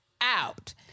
out